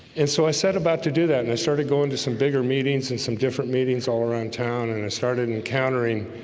and so i set about to do that and i started going to some bigger meetings and some different meetings all around town and i started encountering